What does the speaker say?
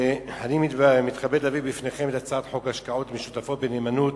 אני מתכבד להביא בפניכם את הצעת חוק השקעות משותפות בנאמנות